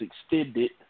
extended